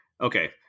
okay